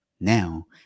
Now